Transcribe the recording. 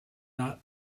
not